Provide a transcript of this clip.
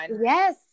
yes